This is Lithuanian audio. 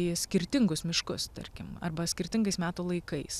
į skirtingus miškus tarkim arba skirtingais metų laikais